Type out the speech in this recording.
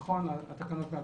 נכון, התקנות מ-2018.